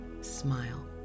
Smile